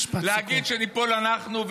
להגיד שניפול אנחנו,